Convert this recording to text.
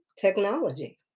technology